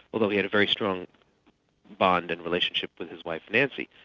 although he had a very strong bond in relationship with his wife, nancy.